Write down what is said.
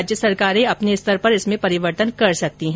राज्य सरकारें अपने स्तर पर इसमें परिवर्तन कर सकती है